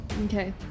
Okay